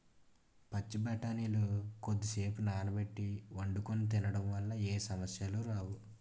పచ్చి బఠానీలు కొద్దిసేపు నానబెట్టి వండుకొని తినడం వల్ల ఏ సమస్యలు రావు